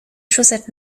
chaussettes